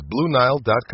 BlueNile.com